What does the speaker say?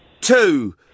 Two